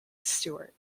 stewart